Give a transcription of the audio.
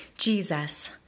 Jesus